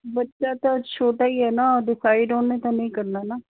ਬੱਚਾ ਤਾਂ ਛੋਟਾ ਹੀ ਹੈ ਨਾ ਡਿਸਾਈਡ ਉਹਨੇ ਤਾਂ ਨਹੀਂ ਕਰਨਾ ਨਾ